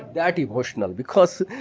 that emotional because.